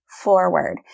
forward